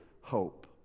hope